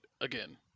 again